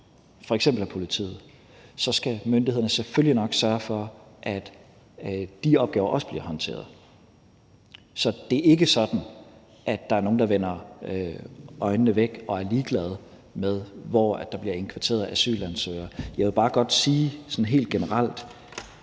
f.eks. af politiet, så skal myndighederne selvfølgelig nok sørge for, at de opgaver også bliver håndteret. Så det er ikke sådan, at der er nogen, der vender øjnene væk og er ligeglade med, hvor der bliver indkvarteret asylansøgere. Jeg vil bare godt sige sådan helt generelt,